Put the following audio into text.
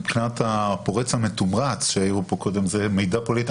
מבחינת הפורץ המתומרץ זה מידע פוליטי.